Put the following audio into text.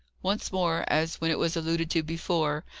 once more, as when it was alluded to before,